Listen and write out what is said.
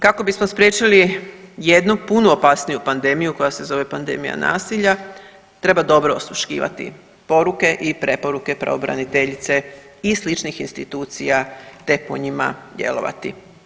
Kako bismo spriječili jednu puno opasniju pandemiju koja se zove pandemija nasilja treba dobro osluškivati poruke i preporuke pravobraniteljice i sličnih institucija, te po njima djelovati.